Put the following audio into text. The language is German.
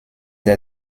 der